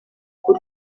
bw’u